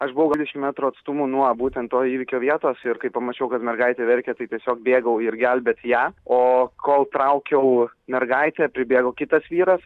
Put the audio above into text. aš buvau dvidešimt metrų atstumu nuo būtent to įvykio vietos ir kai pamačiau kad mergaitė verkia tai tiesiog bėgau ir gelbėt ją o kol traukiau mergaitė pribėgo kitas vyras